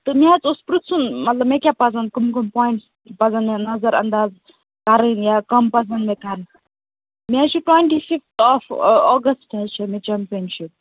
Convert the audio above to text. تہٕ مےٚ حظ اوس پرٕٛژُھن مطلب مےٚ کیٛاہ پَزن کُم کُم کامہِ پوٲیِنٹٕس پَزن مےٚ نَظر انٛداز کَرٕنۍ یا کٕم پَزَن مےٚ کَرٕنۍ مےٚ حظ چھُ ٹُۄیٹی فِفت آف اوگسٹ حظ چھِ مےٚ چیٚمپِیَن شِپ